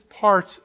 parts